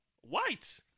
White